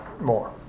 more